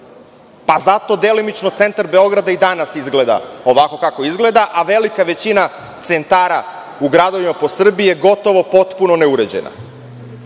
pa zato delimično centar Beograda i danas izgleda ovako kako izgleda, a velika većina centara u gradovima po Srbiji je gotovo potpuno neuređena,